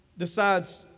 decides